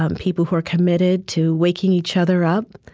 um people who are committed to waking each other up,